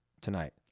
tonight